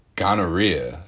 gonorrhea